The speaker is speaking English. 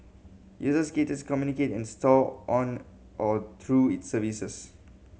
users create communicate and store on or through its services